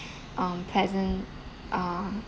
um pleasant uh